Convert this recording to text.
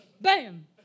Bam